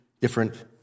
different